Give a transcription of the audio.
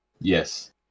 Yes